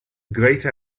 greater